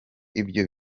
ibyo